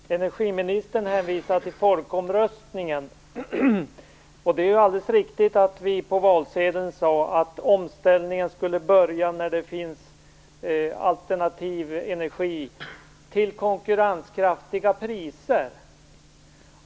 Fru talman! Energiministern hänvisar till folkomröstningen. Det är alldeles riktigt att vi på valsedeln skrev att omställningen skulle börja när det finns alternativ energi till konkurrenskraftiga priser.